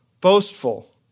boastful